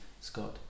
Scott